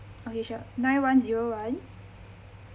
okay sure nine one zero one